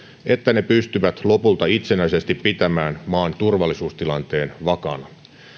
että ne pystyvät lopulta itsenäisesti pitämään maan turvallisuustilanteen vakaana